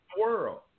world